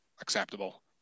acceptable